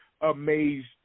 amazed